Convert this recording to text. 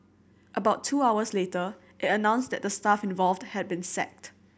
about two hours later it announced that the staff involved had been sacked